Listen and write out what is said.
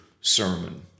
sermon